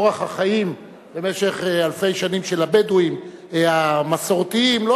אורח החיים במשך אלפי שנים של הבדואים המסורתיים לא